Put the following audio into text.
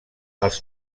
els